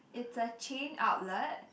it's a chain outlet